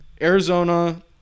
Arizona